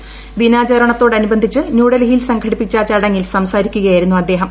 ദ്ദീനാചരണത്തോടനുബന്ധിച്ച് ന്യൂഡൽഹിയിൽസംഘടിപ്പിച്ചചടങ്ങിൽസാസ്ട്രിക്കുകയായിരുന്നുഅദ്ദേ ഹം